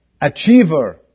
achiever